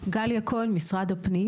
גליה כהן, המינהל לשלטון מקומי, משרד הפנים.